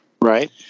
Right